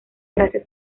gracia